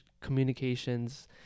communications